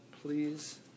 please